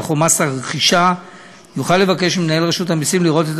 או מס הרכישה יוכל לבקש ממנהל רשות המסים לראות את